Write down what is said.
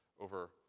over